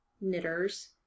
knitters